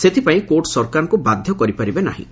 ସେଥିପାଇଁ କୋର୍ଟ ସରକାରଙ୍କୁ ବାଧ୍ୟ କରିପାରିବ ନାହିଁ